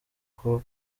uko